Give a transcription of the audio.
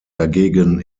dagegen